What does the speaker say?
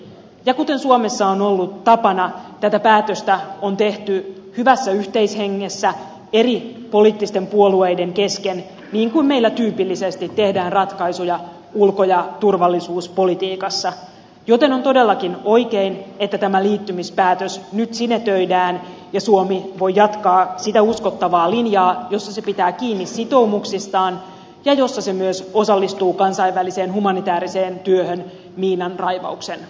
ja kuten suomessa on ollut tapana tätä päätöstä on tehty hyvässä yhteishengessä eri poliittisten puolueiden kesken niin kuin meillä tyypillisesti tehdään ratkaisuja ulko ja turvallisuuspolitiikassa joten on todellakin oikein että tämä liittymispäätös nyt sinetöidään ja suomi voi jatkaa sitä uskottavaa linjaa jossa se pitää kiinni sitoumuksistaan ja jossa se myös osallistuu kansainväliseen humanitääriseen työhön miinanraivauksen osalta